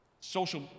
social